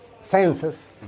senses